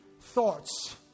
thoughts